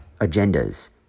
agendas